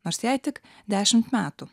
nors jei tik dešimt metų